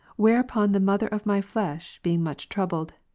whereupon the mother of my flesh, being much troubled,